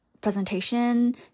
presentation